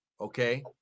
Okay